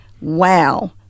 wow